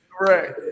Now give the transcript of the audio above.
Right